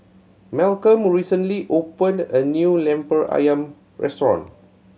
Malcolm recently opened a new Lemper Ayam restaurant